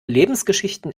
lebensgeschichten